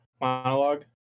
monologue